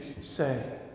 say